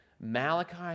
Malachi